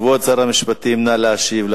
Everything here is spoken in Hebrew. כבוד שר המשפטים, נא להשיב על